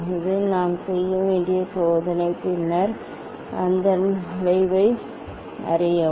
இது நாம் செய்ய வேண்டிய சோதனை பின்னர் அதன் வளைவை வரையவும்